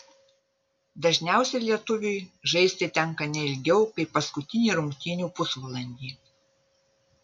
dažniausiai lietuviui žaisti tenka ne ilgiau kaip paskutinį rungtynių pusvalandį